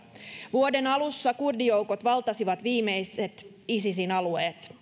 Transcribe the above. vuoden alussa kurdijoukot valtasivat viimeiset isisin alueet